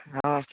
ହଁ